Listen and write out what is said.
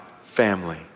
family